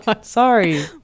Sorry